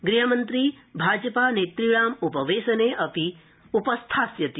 गृहमन्त्री भाजपा नेत्णामुपवेशने अपि उपस्थाष्यति